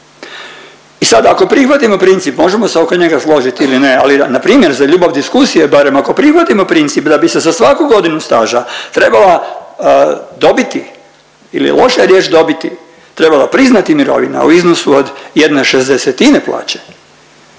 I sada ako prihvatimo princip možemo se oko njega složit ili ne, ali npr. za ljubav diskusije barem ako prihvatimo princip da bi se za svaku godinu staža trebala dobiti ili loša je riječ dobiti, trebala priznati mirovina u iznosu od 1/60-ine plaće,